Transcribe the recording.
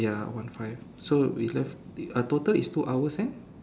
ya one five so we left the uh total is two hours and